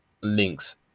links